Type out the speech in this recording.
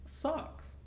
socks